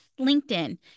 LinkedIn